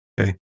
Okay